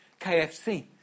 KFC